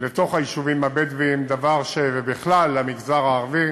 לתוך היישובים הבדואיים, דבר שבכלל במגזר הערבי,